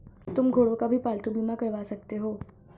तुम घोड़ों का भी पालतू बीमा करवा सकते हो